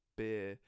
beer